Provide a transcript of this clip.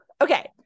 Okay